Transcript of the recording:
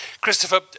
Christopher